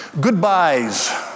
Goodbyes